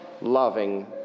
loving